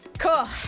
Cool